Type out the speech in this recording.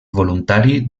voluntari